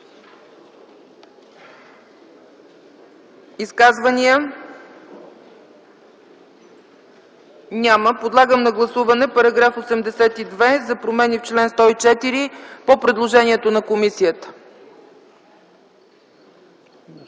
Изказвания? Няма. Подлагам на гласуване § 82 за промени в чл. 104 по предложението на комисията.